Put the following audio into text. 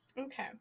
Okay